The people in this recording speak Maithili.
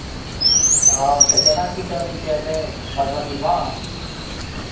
हँ तऽ केना की चलै छै एखन मधुबनीमे